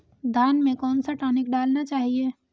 धान में कौन सा टॉनिक डालना चाहिए?